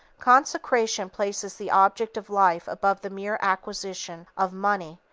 consecration places the object of life above the mere acquisition of money,